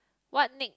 what nick